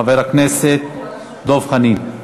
חבר הכנסת דב חנין,